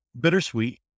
bittersweet